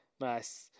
Nice